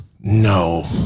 No